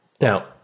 Now